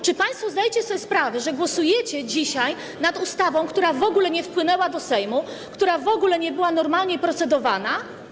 Czy państwo zdajecie sobie sprawę z tego, że głosujecie dzisiaj nad ustawą, która w ogóle nie wpłynęła do Sejmu, która w ogóle nie była normalnie procedowana?